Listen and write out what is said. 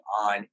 on